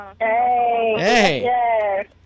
Hey